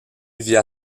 via